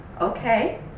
okay